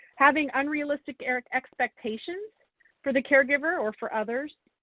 having unrealistic expectations for the caregiver or for others.